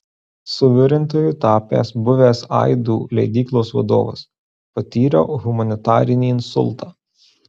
suvirintoju tapęs buvęs aidų leidyklos vadovas patyriau humanitarinį insultą